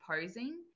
posing